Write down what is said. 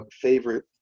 favorite